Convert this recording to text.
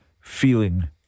feeling